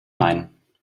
nein